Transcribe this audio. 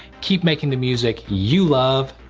keep making the music you love.